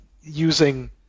Using